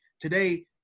today